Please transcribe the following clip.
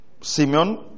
Simeon